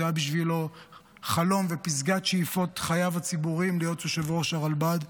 זה היה בשבילו חלום ופסגת שאיפות חייו הציבוריים להיות יושב-ראש הרלב"ד,